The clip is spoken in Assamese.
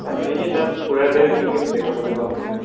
আচ্ছা এনেই তাত ফুৰাৰ জেগা কি কি দেখাবলৈ পাম আমি